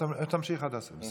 תמשיך עד הסוף,